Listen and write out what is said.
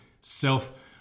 self-